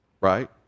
right